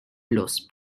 los